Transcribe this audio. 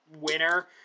winner